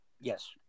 Yes